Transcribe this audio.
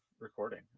recording